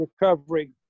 recovery